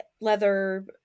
leather